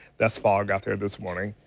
that's fog out there this morning.